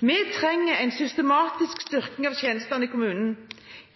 Vi trenger en systematisk styrking av tjenestene i kommunene.